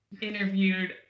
interviewed